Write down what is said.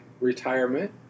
retirement